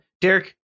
Derek